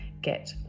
get